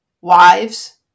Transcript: wives